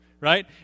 Right